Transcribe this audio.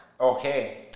okay